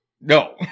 no